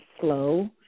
slow